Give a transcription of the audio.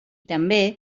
també